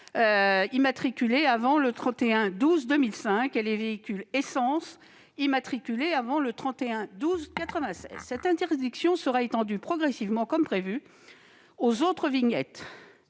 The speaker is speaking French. immatriculés avant le 31 décembre 2005 et de véhicules à essence immatriculés avant le 31 décembre 1996. Cette interdiction sera étendue progressivement, comme prévu, aux autres vignettes.